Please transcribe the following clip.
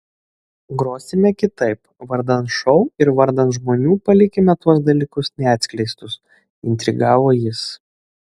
grosime kitaip vardan šou ir vardan žmonių palikime tuos dalykus neatskleistus intrigavo jis